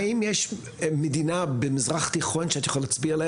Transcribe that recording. האם יש מדינה במזרח התיכון שאת יכולה להצביע עליה